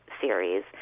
series